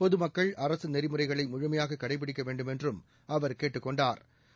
பொதுமக்கள் அரசு நெறிமுறைகளை முழுமையாக கடைபிடிக்க வேண்டுமென்றும் அவர் கேட்டுக் கொண்டாா்